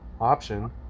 Option